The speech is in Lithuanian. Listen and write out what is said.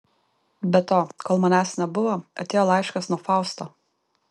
be to kol manęs nebuvo atėjo laiškas nuo fausto